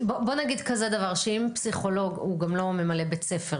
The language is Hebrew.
בואו נגיד כזה דבר: שאם פסיכולוג גם לא ממלא בית ספר,